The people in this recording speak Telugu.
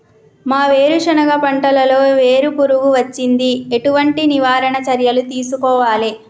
మా వేరుశెనగ పంటలలో వేరు పురుగు వచ్చింది? ఎటువంటి నివారణ చర్యలు తీసుకోవాలే?